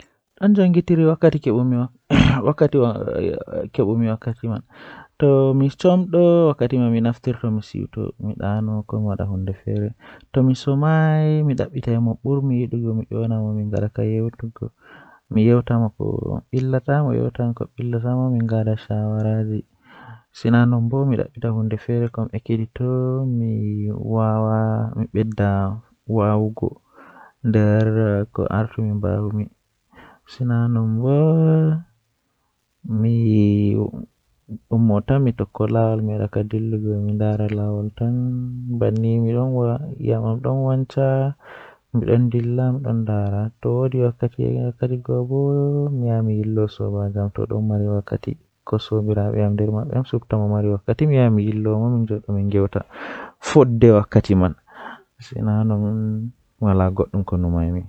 Komi wawata numtugo egaa wakkati midon bingel kanjum woni wakkati abba amin baaba am babirawo am hosata amin yaara amin babal yiwugo maayo wakkti man o yaara amin babal fijugo, babal man don wela mi masin nden mi yejjitittaa wakkati man.